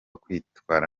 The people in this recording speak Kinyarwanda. kwitwara